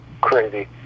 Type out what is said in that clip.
crazy